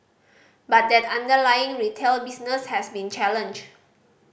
but that underlying retail business has been challenged